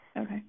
Okay